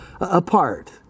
apart